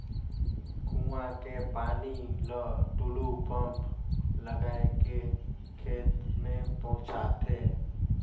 कुआं के पानी ल टूलू पंप लगाय के खेत में पहुँचाथे